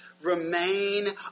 Remain